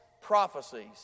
prophecies